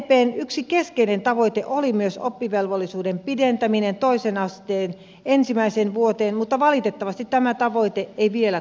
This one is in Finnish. sdpn yksi keskeinen tavoite oli myös oppivelvollisuuden pidentäminen toisen asteen ensimmäiseen vuoteen mutta valitettavasti tämä tavoite ei vielä toteutunut